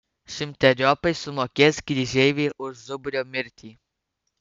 šimteriopai sumokės kryžeiviai už zubrio mirtį